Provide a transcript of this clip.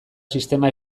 sistema